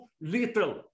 little